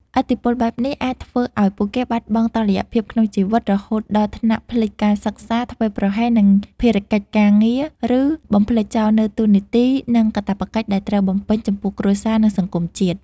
ឥទ្ធិពលបែបនេះ អាចធ្វើឱ្យពួកគេបាត់បង់តុល្យភាពក្នុងជីវិត រហូតដល់ថ្នាក់ភ្លេចការសិក្សា ធ្វេសប្រហែសនឹងភារកិច្ចការងារ ឬបំភ្លេចចោលនូវតួនាទី និងកាតព្វកិច្ចដែលត្រូវបំពេញចំពោះគ្រួសារ និងសង្គមជាតិ។